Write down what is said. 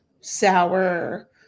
sour